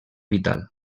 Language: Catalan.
vital